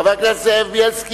אחריו,